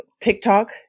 TikTok